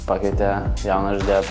pakvietė jauną žaidėja